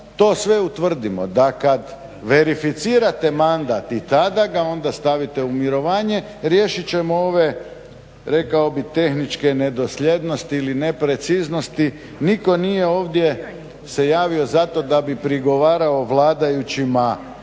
to sve utvrdimo da kad verificirate mandat i tada ga onda stavite u mirovanje riješit ćemo ove rekao bih tehničke nedosljednosti ili nepreciznosti. Nitko nije ovdje se javio zato da bi prigovarao vladajućima